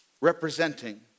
representing